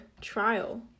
trial